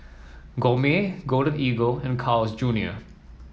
Gourmet Golden Eagle and Carl's Junior